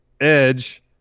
Edge